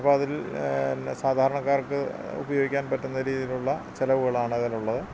അപ്പോള് അതിൽ എന്ന സാധാരണക്കാർക്ക് ഉപയോഗിക്കാൻ പറ്റുന്ന രീതിയിലുള്ള ചെലവുകളാണതിലുള്ളത്